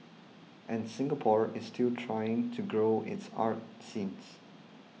and Singapore is still trying to grow its arts scene